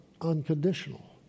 unconditional